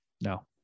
No